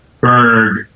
Berg